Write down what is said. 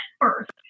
first